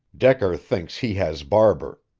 decker thinks he has barber.